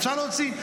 אפשר להוציא.